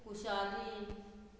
Kushali